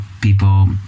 people